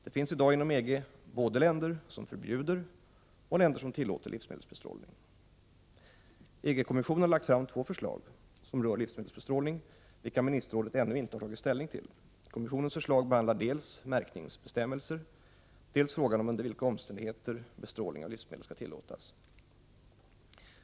Det finns i dag inom EG både länder som förbjuder och länder som tillåter livsmedelsbestrålning. EG-kommissionen har lagt fram två förslag som rör livsmedelsbestrålning, vilka ministerrådet ännu inte har tagit ställning till. EG-kommissionens förslag behandlar dels märkningsbestämmelser, dels frågan om under vilka omständigheter bestrålning av livsmedel skall tillåtas.